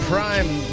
Prime